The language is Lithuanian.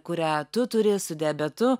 kurią tu turi su diabetu